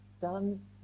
done